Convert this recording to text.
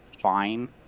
fine